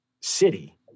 city